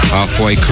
Halfway